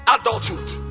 adulthood